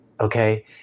okay